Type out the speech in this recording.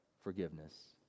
forgiveness